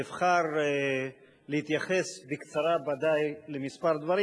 אבחר להתייחס בקצרה לכמה דברים.